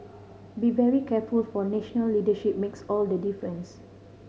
be very careful for national leadership makes all the difference